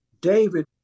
David